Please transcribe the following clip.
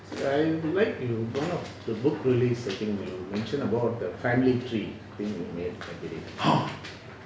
!huh!